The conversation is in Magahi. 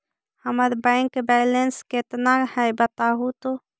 हमर बैक बैलेंस केतना है बताहु तो?